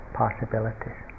possibilities